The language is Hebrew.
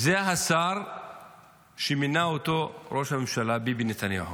זה השר שמינה אותו ראש הממשלה ביבי נתניהו,